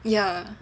yeah